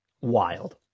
Wild